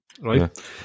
right